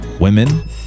Women